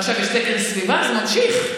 ועכשיו יש תקן סביבה, זה ממשיך.